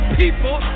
people